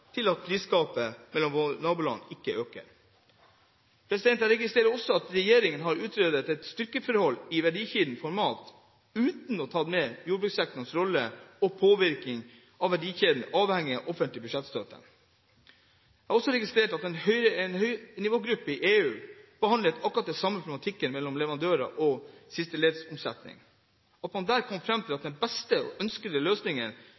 til at prisgapet mot våre naboland ikke øker. Jeg registrerer også at regjeringen har utredet et styrkeforhold i verdikjeden for mat uten å ha tatt med jordbrukssektorens rolle og påvirkning i en verdikjede så avhengig av offentlig budsjettstøtte. Jeg har også registrert at en høynivågruppe i EU behandlet akkurat den samme problematikken mellom leverandører og sisteleddsomsetningen, og at man der kom fram til at den beste og ønskede løsningen